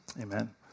Amen